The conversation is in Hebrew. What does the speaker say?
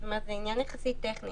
זה עניין יחסית טכני.